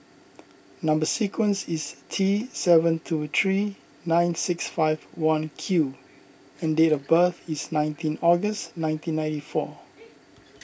Number Sequence is T seven two three nine six five one Q and date of birth is nineteen August nineteen ninety four